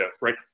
right